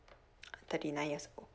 thirty nine years old